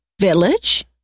village